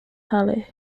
halle